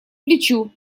плечу